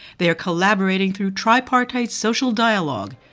they are collaborating through tripartite social dialogue,